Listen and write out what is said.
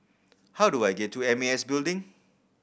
how do I get to M A S Building